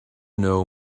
know